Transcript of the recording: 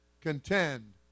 contend